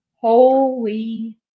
holy